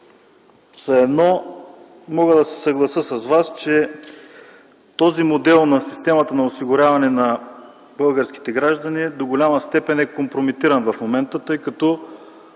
едно мога да се съглася с Вас – че този модел на системата на осигуряване на българските граждани до голяма степен е компрометиран в момента, тъй като